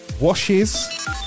washes